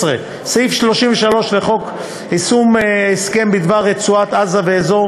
16. סעיף 33 לחוק יישום הסכם בדבר רצועת-עזה ואזור